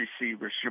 receivers